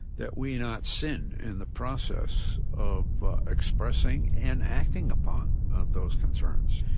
that we not sin in the process of expressing and acting upon those concerns.